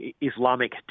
Islamic